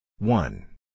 One